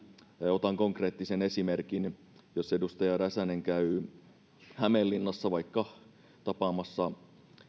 otan konkreettisen esimerkin jos edustaja räsänen käy hämeenlinnassa vaikka tapaamassa